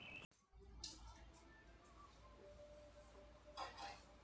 నేను non banking service ద్వారా ఋణం పొందే అర్హత ఉందా?